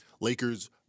Lakers